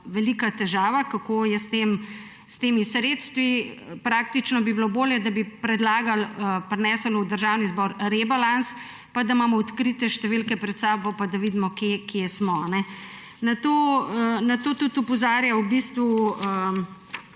velika težava, kako je s temi sredstvi. Praktično bi bilo bolje, da bi prinesli v Državni zbor rebalans, pa da imamo odkrite številke pred sabo in vidimo, kje smo. Na to opozarja tudi